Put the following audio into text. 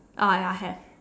ah ya have